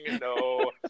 No